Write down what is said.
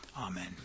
Amen